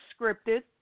scripted